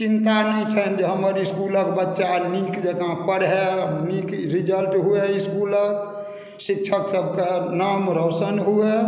चिन्ता नहि छनि जे हमर इसकुलक बच्चा नीक जकाँ पढ़ैत नीक रिजल्ट हुए इसकुलक शिक्षक सभकेँ नाम रौशन हुए